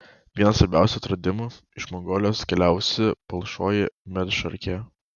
vienas svarbiausių atradimų iš mongolijos atkeliavusi palšoji medšarkė